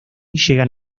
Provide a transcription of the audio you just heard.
llegan